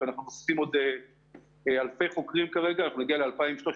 אבל הובאו מיטות תקניות חדשות,